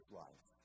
life